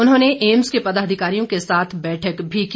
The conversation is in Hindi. उन्होंने एम्स के पदाधिकारियों के साथ बैठक भी की